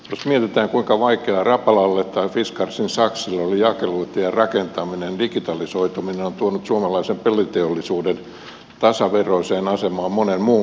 jos mietitään kuinka vaikeaa rapalalle tai fiskarsin saksille oli jakelutien rakentaminen digitalisoituminen on tuonut suomalaisen peliteollisuuden tasaveroiseen asemaan monen muun maan kanssa